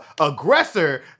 aggressor